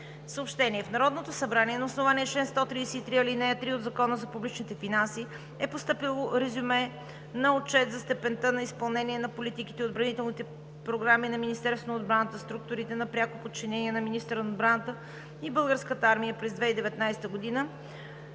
отбрана. В Народното събрание на основание чл. 133, ал. 3 от Закона за публичните финанси е постъпило Резюме на „Отчет за степента на изпълнение на политиките и отбранителните програми на Министерство на отбраната, структурите на пряко подчинение на министъра на отбраната и Българската армия през 2019 г.“,